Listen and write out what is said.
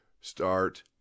Start